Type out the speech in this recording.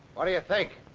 what do you think?